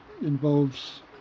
involves